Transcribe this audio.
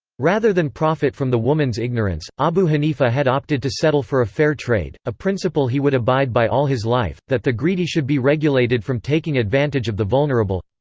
rather than profit from the woman's ignorance, abu hanifa had opted to settle for a fair trade, a principle he would abide by all his life that the greedy should be regulated from taking advantage of the vulnerable.